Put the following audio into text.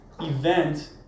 event